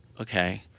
okay